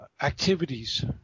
activities